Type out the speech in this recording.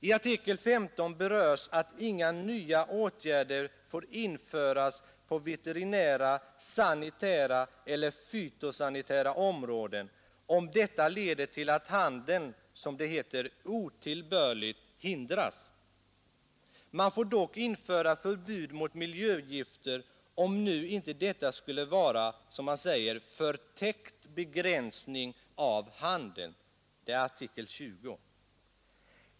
I artikel 15 berörs att inga nya åtgärder får införas på veterinära, sanitära eller fytosanitära områden, om detta leder till att handeln ”otillbörligt” hindras. Man får dock införa förbud mot miljögifter, om nu inte detta skulle vara ”förtäckt begränsning” av handeln .